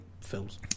films